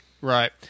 right